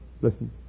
Listen